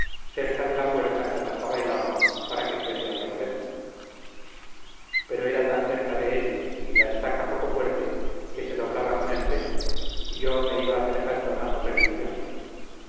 cerca de la puerta que atajaba el agua para que fuese al rodezno pero era tan cerca de él y la estaca poco fuerte que se doblaba con el peso y yo me iba acercando más a perdición